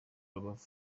rubavu